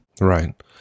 Right